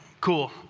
cool